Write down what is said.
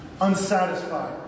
unsatisfied